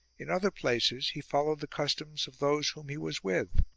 in other places he followed the customs of those whom he was with.